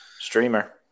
Streamer